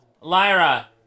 Lyra